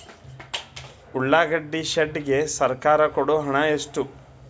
ಉಳ್ಳಾಗಡ್ಡಿ ಶೆಡ್ ಗೆ ಸರ್ಕಾರ ಕೊಡು ಹಣ ಎಷ್ಟು?